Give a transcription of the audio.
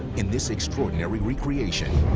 in this extraordinary recreation,